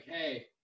hey